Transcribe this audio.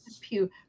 pew